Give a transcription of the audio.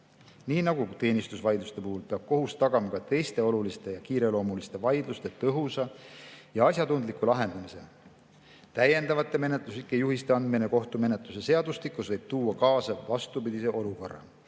Nii nagu teenistusvaidluste puhul, peab kohus tagama ka teiste oluliste ja kiireloomuliste vaidluste tõhusa ja asjatundliku lahendamise. Täiendavate menetluslike juhiste andmine kohtumenetluse seadustikus võib tuua kaasa vastupidise olukorra,